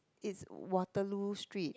it's Waterloo street